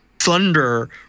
Thunder